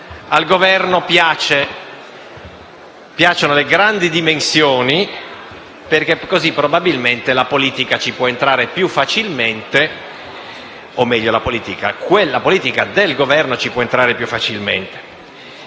al Governo piacciono le grandi dimensioni, così probabilmente la politica ci può entrare più facilmente, o meglio quella politica del Governo ci può entrare più facilmente.